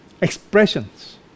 expressions